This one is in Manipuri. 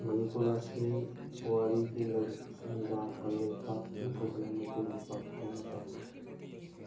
ꯃꯅꯤꯄꯨꯔ ꯑꯁꯤ ꯄꯨꯋꯥꯔꯤꯒꯤ ꯂꯥꯏꯔꯤꯛꯁꯤꯡꯗ ꯀꯪꯂꯩꯄꯥꯛ ꯅꯠꯇ꯭ꯔꯒꯅ ꯃꯩꯇꯩ ꯂꯩꯄꯥꯛ ꯍꯥꯏꯅ ꯄꯜꯂꯤ